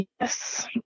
Yes